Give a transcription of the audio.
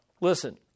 listen